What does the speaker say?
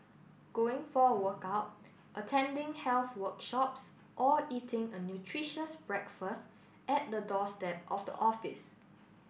going for a workout attending health workshops or eating a nutritious breakfast at the doorstep of the office